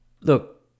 look